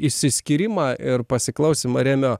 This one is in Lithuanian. išsiskyrimą ir pasiklausymą remio